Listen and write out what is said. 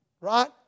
Right